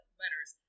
letters